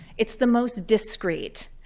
it's the most discrete.